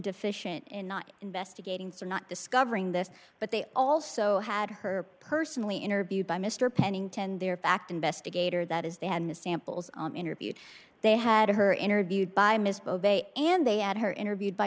deficient in not investigating some not discovering this but they also had her personally interviewed by mr pennington their fact investigator that is they had the samples interviewed they had her interviewed by ms beauvais and they add her interviewed by